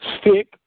stick